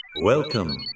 Welcome